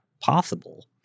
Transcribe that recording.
possible